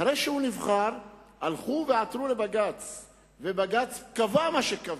ואחרי שהוא נבחר הלכו ועתרו לבג"ץ ובג"ץ קבע מה שקבע,